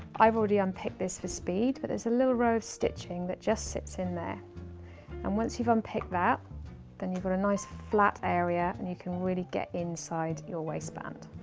i've already unpicked this, for speed, but there's a little row of stitching that just sits in there and once you've unpicked that then you've got a nice flat area and you can really get inside your waistband.